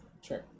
Sure